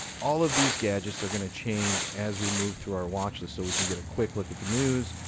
all of these gadgets are going to change as we move through our watchlist so we can get a quick look at the news,